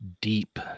deep